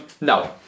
No